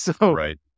Right